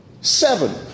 seven